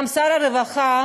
גם שר הרווחה,